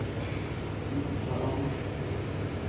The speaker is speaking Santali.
ᱪᱮᱫ ᱫᱷᱚᱨᱚᱢ